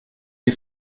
est